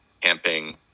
camping